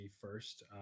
first